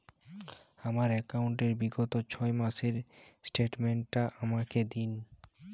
আমার অ্যাকাউন্ট র বিগত ছয় মাসের স্টেটমেন্ট টা আমাকে দিন?